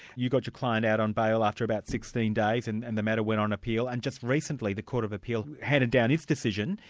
you got your client out on bail after about sixteen days, and and the matter went on appeal. and just recently, the court of appeal handed down its decision.